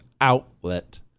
outlet